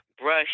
brush